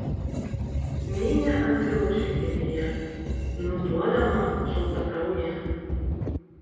minė atsilošė kėdėje nuduodama šaltakrauję